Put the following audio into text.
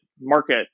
market